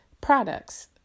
products